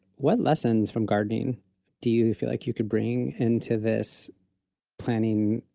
what lessons from gardening to you feel like you could bring into this planting,